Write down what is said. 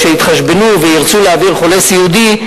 או כשיתחשבנו וירצו להעביר חולה סיעודי,